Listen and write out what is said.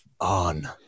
on